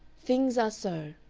things are so!